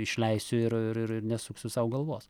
išleisiu ir ir ir nesuksiu sau galvos